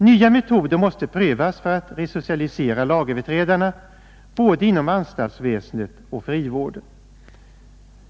Nya metoder måste prövas för att resocialisera lagöverträdarna, både inom anstaltsväsendet och inom frivården.